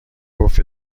گفت